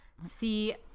see